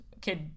Kid